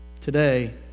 today